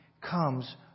comes